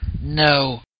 no